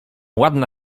ładna